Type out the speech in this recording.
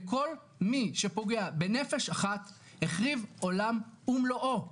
וכל מי שפוגע בנפש אחת החריב עולם ומלואו,